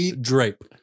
drape